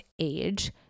age